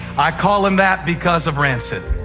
i call him that because of rancid,